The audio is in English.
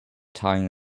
tying